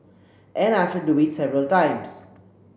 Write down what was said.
and I have had to do it several times